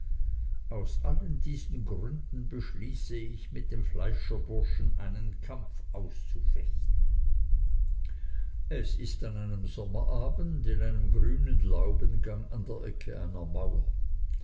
aus allen diesen gründen beschließe ich mit dem fleischerburschen einen kampf auszufechten es ist an einem sommerabend in einem grünen laubengang an der ecke einer mauer